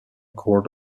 court